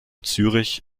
zürich